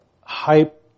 hype